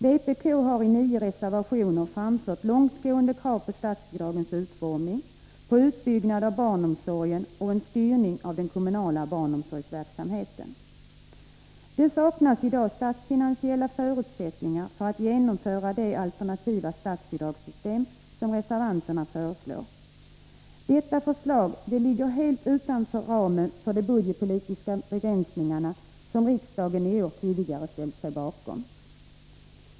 Vpk har i nio reservationer framfört långtgående krav när det gäller statsbidragens utformning, utbyggnad av barnomsorgen och en styrning av den kommunala barnomsorgsverksamheten. Det saknas i dag statsfinansiella förutsättningar att genomföra det alternativa statsbidragssystem som reservanten föreslår. Detta förslag ligger helt utanför ramen för de budgetpolitiska begränsningar som riksdagen tidigare i år ställt sig bakom.